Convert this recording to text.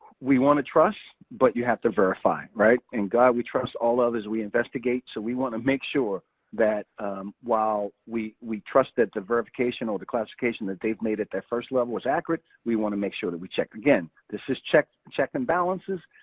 we want to trust, but you have to verify. in god we trust, all others we investigate. so we want to make sure that while we we trust that the verification or the classification that they've made at their first level is accurate, we want to make sure that we check again. this is checks and balances,